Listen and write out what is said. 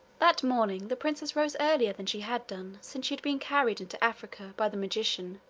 that morning the princess rose earlier than she had done since she had been carried into africa by the magician,